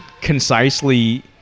concisely